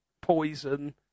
Poison